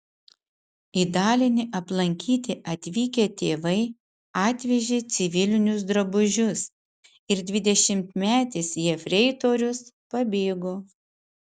į dalinį aplankyti atvykę tėvai atvežė civilinius drabužius ir dvidešimtmetis jefreitorius pabėgo